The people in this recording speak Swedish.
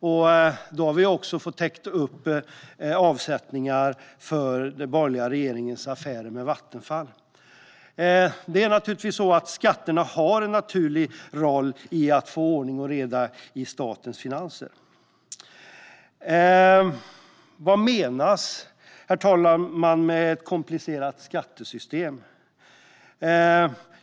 Vi har också fått täcka upp med avsättningar för den borgerliga regeringens affär med Vattenfall. Skatterna har en naturlig roll i att få ordning och reda i statens finanser. Vad menas, herr talman, med ett komplicerat skattesystem?